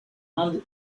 inde